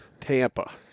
Tampa